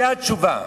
זו התשובה.